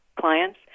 clients